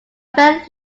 friend